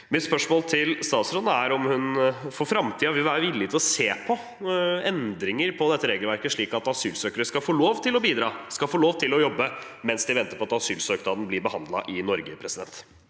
Mitt spørsmål til statsråden er om hun for framtiden vil være villig til å se på endringer i dette regelverket, slik at asylsøkere får lov til å bidra og jobbe mens de venter på at asylsøknaden blir behandlet i Norge.